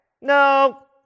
No